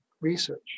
research